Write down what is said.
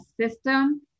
system